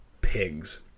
pigs